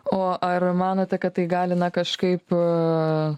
o ar manote kad tai įgalina kažkaip a